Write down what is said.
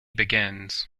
begins